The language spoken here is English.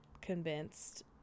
convinced